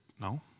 no